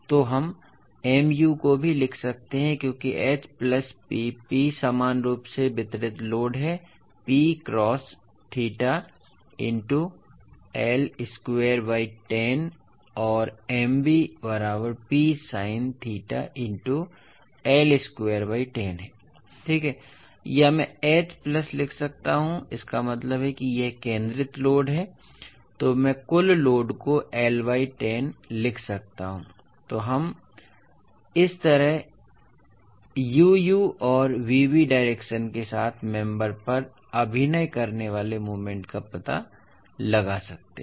इसलिए हम Mu को भी लिख सकते हैं क्योंकि H प्लस P P समान रूप से वितरित लोड है P cos theta into l square by 10 और Mv बराबर P sine theta into l square by 10 है ठीक है या मैं H प्लस लिख सकता हूं इसका मतलब है कि यह केंद्रित लोड है तो मैं कुल लोड को l बाय 10 लिख सकता हूं इसलिए इस तरह हम u u और v v डायरेक्शन के साथ मेम्बर पर अभिनय करने वाले मोमेंट का पता लगा सकते हैं